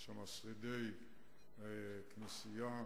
ויש שם שרידי כנסייה,